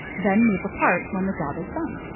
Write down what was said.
then move apart when the job is done.